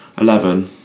Eleven